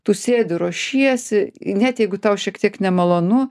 tu sėdi ruošiesi net jeigu tau šiek tiek nemalonu